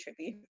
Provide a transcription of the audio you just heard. trippy